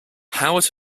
howard